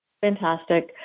Fantastic